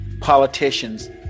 politicians